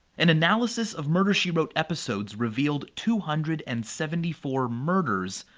an analysis of murder she wrote episodes revealed two hundred and seventy four murders,